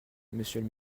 monsieur